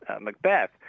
Macbeth